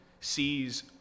sees